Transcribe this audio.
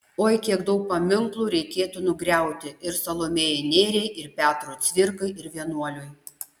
oi kiek daug paminklų reikėtų nugriauti ir salomėjai nėriai ir petrui cvirkai ir vienuoliui